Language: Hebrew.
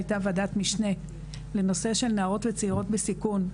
הייתה ועדת משנה לנושא של נערות וצעירות בסיכון.